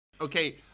Okay